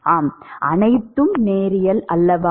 ஆம் அனைத்தும் நேரியல் அல்லவா